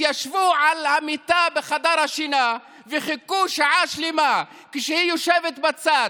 התיישבו על המיטה בחדר השינה וחיכו שעה שלמה כשהיא יושבת בצד,